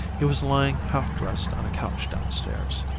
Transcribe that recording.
he was lying half dressed on a couch downstairs.